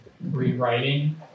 rewriting